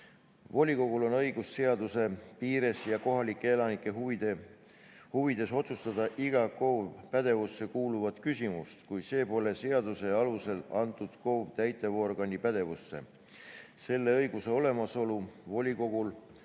Volikogul on õigus seaduse piires ja kohalike elanike huvides otsustada iga KOV‑i pädevusse kuuluvat küsimust, kui see pole seaduse alusel antud KOV-i täitevorgani pädevusse. Selle õiguse olemasolu volikogul